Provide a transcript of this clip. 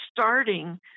starting